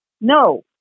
No